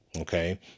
Okay